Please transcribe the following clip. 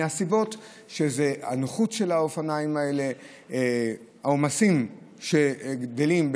בגלל הנוחות של האופניים האלה והעומסים שגדלים,